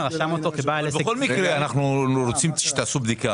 בכל מקרה אנחנו רוצים שתעשו בדיקה